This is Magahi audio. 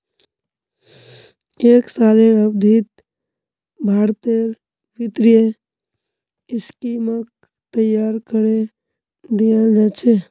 एक सालेर अवधित भारतेर वित्तीय स्कीमक तैयार करे दियाल जा छे